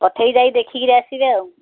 ପଠେଇବି ଯାଇ ଦେଖିକିରି ଆସିବେ ଆଉ